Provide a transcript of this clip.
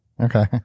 Okay